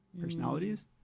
personalities